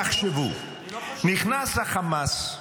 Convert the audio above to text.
תחשבו, נכנס חמאס,